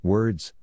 Words